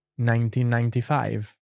1995